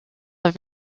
that